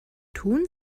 tun